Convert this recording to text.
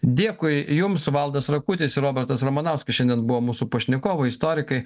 dėkui jums valdas rakutis ir robertas ramanauskas šiandien buvo mūsų pašnekovai istorikai